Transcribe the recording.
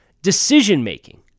Decision-making